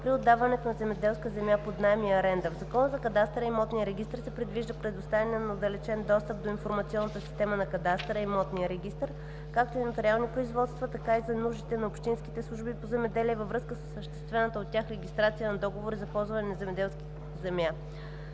при отдаването на земеделска земя под наем и аренда. В Закона за кадастъра и имотния регистър се предвижда предоставяне на отдалечен достъп до информационната система на кадастъра и имотния регистър, както по нотариални производства, така и за нуждите на общинските служби по земеделие във връзка с осъществяваната от тях регистрация на договори за ползване на земеделска земя.